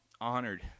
honored